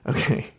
Okay